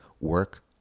work